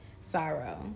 sorrow